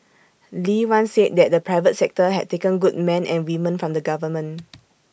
lee once said that the private sector had taken good men and women from the government